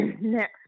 next